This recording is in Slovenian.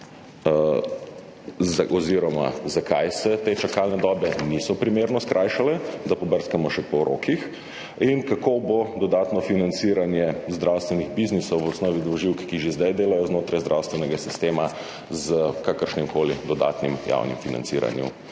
oziroma zakaj se te čakalne dobe niso primerno skrajšale? Da pobrskamo še po rokih. Kako bo dodatno financiranje zdravstvenih biznisov, v osnovi dvoživk, ki že zdaj delajo znotraj zdravstvenega sistema, s kakršnim koli dodatnim javnim financiranjem